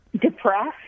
depressed